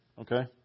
Okay